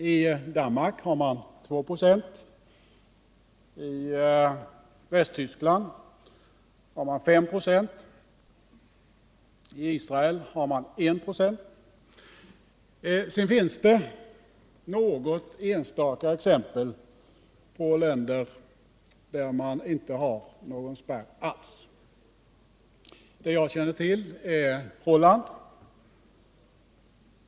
I Danmark har man 296, i Västtyskland 5 96 och i Israel 196. Det finns också något enstaka exempel på länder som inte har någon spärr alls. Det jag känner till är Holland.